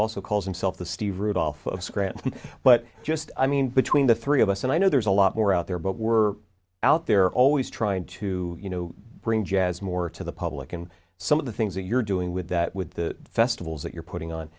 also calls himself the steve rudolph of scranton but just i mean between the three of us and i know there's a lot more out there but we're out there always trying to you know bring jazz more to the public and some of the things that you're doing with that with the festivals that you're putting on